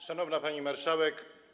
Szanowna Pani Marszałek!